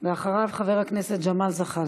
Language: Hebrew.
אחריו, חבר הכנסת ג'מאל זחאלקה.